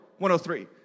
103